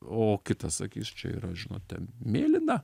o kitas sakys čia yra žinote mėlyna